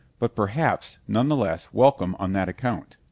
but perhaps none the less welcome on that account.